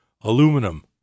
Aluminum